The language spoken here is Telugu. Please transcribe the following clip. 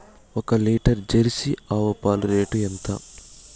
ఒక లీటర్ జెర్సీ ఆవు పాలు రేటు ఎంత?